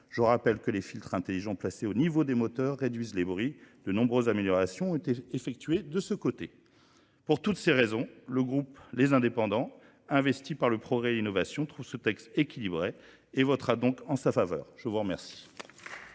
Je rappelle que les filtres intelligents placés au niveau des moteurs réduisent les bruits. De nombreuses améliorations ont été effectuées de ce côté. Pour toutes ces raisons, le groupe Les Indépendants, investi par le Progrès et l'Innovation, trouve ce texte équilibré et votera donc en sa faveur. Je vous remercie.